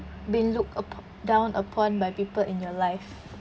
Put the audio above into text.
been looked upo~ down upon by people in your life